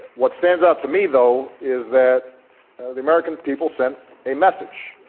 what stands out to me though is that the american people sent a message,